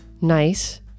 nice